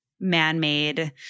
man-made